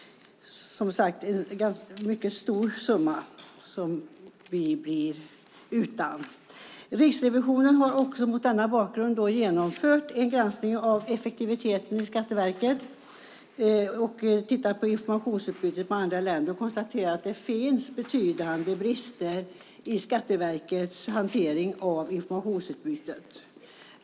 Det är en mycket stor summa som vi blir utan. Riksrevisionen har mot denna bakgrund genomfört en granskning av effektiviteten i Skatteverket och tittat på informationsutbytet med andra länder, och man konstaterar att det finns betydande brister i Skatteverkets hantering av informationsutbytet.